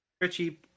Richie